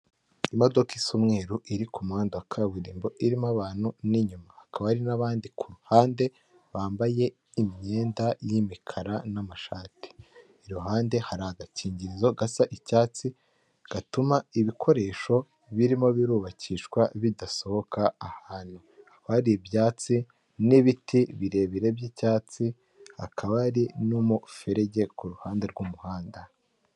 Imodoka isa umweru iri k'umuhanda wakaburimbo urimo abantu mo inyuma hakaba hari n'abandi k'uruhande bambaye imyenda y'umukara y'amashati, iruhande hari agakingirizo gasa icyatsi gatuma ibikoresho birimo birubakishwa bidasohoka ahandi haba hari ibyatsi n'ibiti birebire by'icyatsi hakaba hari n'umuferege k'uruhande rw'umuhanda.